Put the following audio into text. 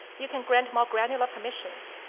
you can grant more granular permissions.